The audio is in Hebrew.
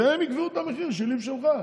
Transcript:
והם יקבעו את המחיר שלי ושלך,